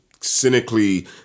cynically